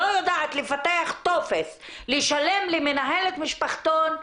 לא יודעת לפתח טופס, לשלם למנהלת משפחתון,